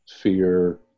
fear